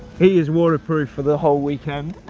he is waterproof for the whole weekend.